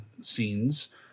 scenes